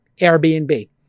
Airbnb